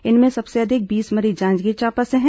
इनमें सबसे अधिक बीस मरीज जांजगीर चांपा से हैं